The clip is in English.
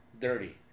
dirty